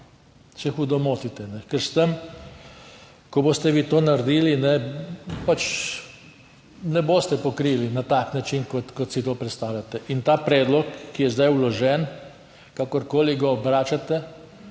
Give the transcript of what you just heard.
se hudo motite, ker s tem, ko boste vi to naredili pač ne boste pokrili na tak način, kot si to predstavljate. In ta predlog, ki je zdaj vložen, kakorkoli ga obračate,